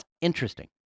interesting